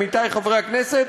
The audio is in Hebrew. עמיתי חברי הכנסת,